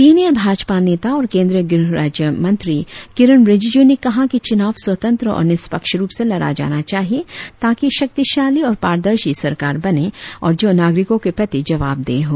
senior Bhajpa नेता और केंद्रीय गृह राज्य मंत्री किरेन रिजिजू ने कहा कि चुनाव स्वतंत्र और निष्पक्ष रुप से लड़ा जाना चाहिए ताकि शक्तिशाली और पादर्शी सरकार बने और जो नागरिको के प्रति जवाब देह हो